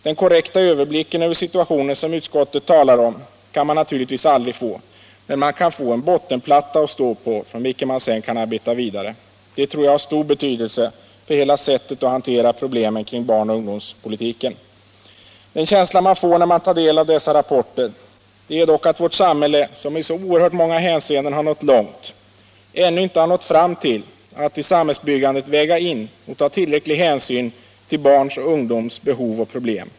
Den korrekta överblicken över situationen, som utskottet talar om, kan man naturligtvis aldrig få, men man kan få en bottenplatta att stå på från vilken man sedan kan arbeta vidare. Detta tror jag har stor betydelse för hela sättet att hantera problemen kring barnoch ungdomspolitiken. Den känsla man får när man tar del av dessa rapporter är dock att vårt samhälle, som i så oerhört många hänseenden nått långt, ännu inte har nått fram till att i samhällsbyggandet väga in och ta tillräcklig hänsyn till barns och ungdoms behov och problem.